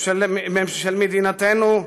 של מדינתנו,